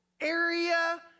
area